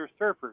surfers